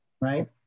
right